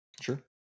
sure